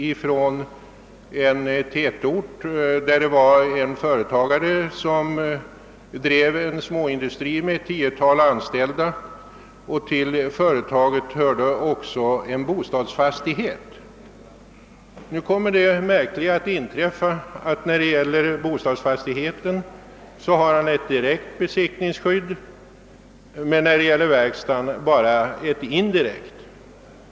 I en tätort finns en företagare som driver en småindustri med ett tiotal anställda. Till företaget hör även en bostadsfastighet. Nu kommer det märkliga att inträffa att han i fråga om bostadsfastigheten har ett direkt besittningsskydd men när det gäller verkstaden bara ett indirekt.